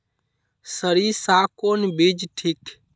सरीसा कौन बीज ठिक?